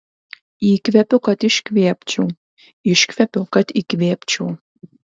įkvepiu kad iškvėpčiau iškvepiu kad įkvėpčiau